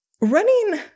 running